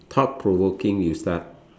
thought provoking you start